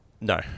no